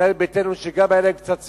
ישראל ביתנו, שגם אם היו להם קצת ספקות,